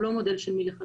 הוא לא מודל של מלכתחילה,